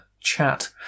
chat